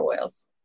oils